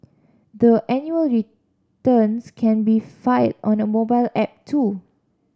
the annual returns can be filed on a mobile app too